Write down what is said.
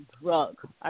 drug